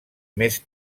més